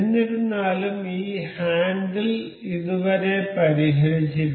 എന്നിരുന്നാലും ഈ ഹാൻഡിൽ ഇതുവരെ പരിഹരിച്ചിട്ടില്ല